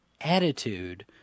attitude –